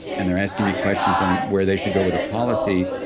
and they're asking me questions on where they should go with a policy,